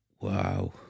wow